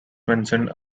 mentioned